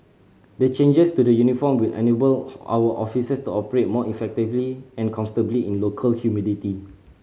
the changes to the uniform will enable our officers to operate more effectively and comfortably in local humidity